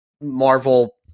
Marvel